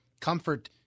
Comfort